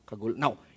Now